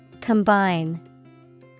Combine